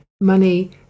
Money